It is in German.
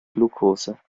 glukose